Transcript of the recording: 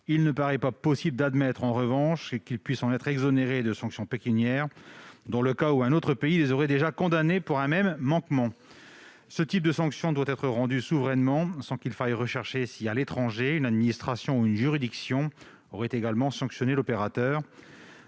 en revanche pas possible d'admettre qu'ils puissent être exonérés de sanctions pécuniaires dans le cas où un autre pays les aurait déjà condamnés pour un même manquement. Une sanction de ce type doit être rendue souverainement, sans qu'il faille rechercher si, à l'étranger, une administration ou une juridiction aurait également sanctionné l'opérateur,